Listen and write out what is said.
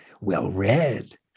well-read